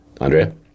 Andrea